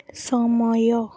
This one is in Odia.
ସମୟ